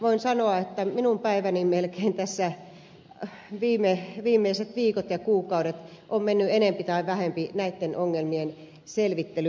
voin sanoa että minun päiväni melkein tässä viimeiset viikot ja kuukaudet ovat menneet enempi tai vähempi näitten ongelmien selvittelyyn